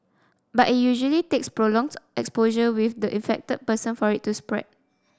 but it usually takes prolonged exposure with the infected person for it to spread